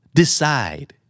decide